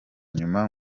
nyuma